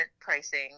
pricing